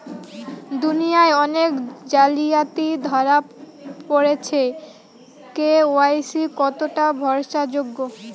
দুনিয়ায় অনেক জালিয়াতি ধরা পরেছে কে.ওয়াই.সি কতোটা ভরসা যোগ্য?